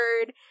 word